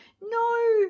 no